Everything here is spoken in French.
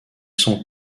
sont